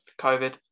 COVID